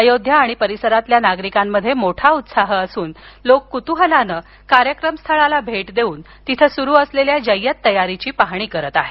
अयोध्या आणि परिसरातील नागरिकांमध्ये मोठा उत्साह असून लोक कुतूहलानं कार्यक्रम स्थळाला भेट देऊन तिथं सुरु असलेल्या जय्यत तयारीची पाहणी करत आहेत